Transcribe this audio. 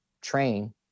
train